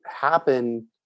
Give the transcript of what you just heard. happen